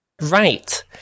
Right